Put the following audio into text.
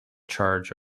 charge